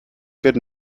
good